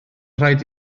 rhaid